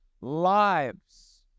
lives